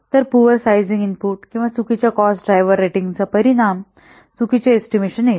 तर poor sizing input आणि चुकीच्या कॉस्ट ड्रायव्हर रेटिंगचा परिणाम चुकीचे एस्टिमेशन येईल